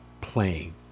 playing